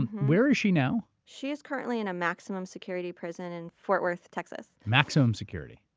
where is she now? she is currently in a maximum security prison in fort worth, texas. maximum security?